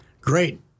great